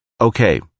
Okay